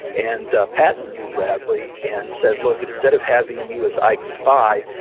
and ah patton knew bradley and said, look, instead of having you as ike's spy,